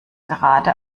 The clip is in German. gerade